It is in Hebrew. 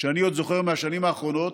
שאני עוד זוכר מהשנים האחרונות,